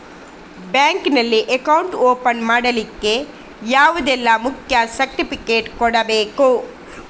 Bank ನಲ್ಲಿ account open ಮಾಡ್ಲಿಕ್ಕೆ ಯಾವುದೆಲ್ಲ ಮುಖ್ಯ ಸರ್ಟಿಫಿಕೇಟ್ ಕೊಡ್ಬೇಕು?